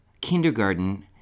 kindergarten